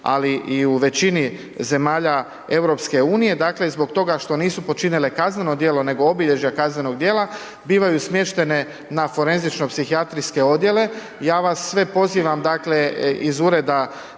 ali i u većini zemalja EU, dakle, zbog toga što nisu počinile kazneno djelo, nego obilježja kaznenog djela, bivaju smještene na forenzično psihijatrijske odjele. Ja vas sve pozivam, dakle, iz Ureda